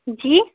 जी